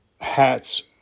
hats